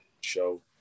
show